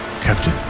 Captain